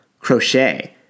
Crochet